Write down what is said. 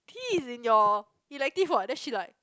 T is in your elective what then she like